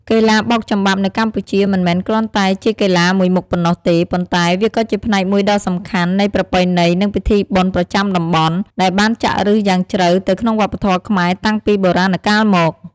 កីឡាបោកចំបាប់នៅកម្ពុជាមិនមែនគ្រាន់តែជាកីឡាមួយមុខប៉ុណ្ណោះទេ ប៉ុន្តែវាក៏ជាផ្នែកមួយដ៏សំខាន់នៃ ប្រពៃណី និងពិធីបុណ្យប្រចាំតំបន់ ដែលបានចាក់ឫសយ៉ាងជ្រៅទៅក្នុងវប្បធម៌ខ្មែរតាំងពីបុរាណកាលមក។